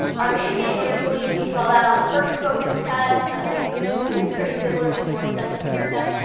our main game originally, you saw that on the first focus test. i think this is pretty similar to our second focus test.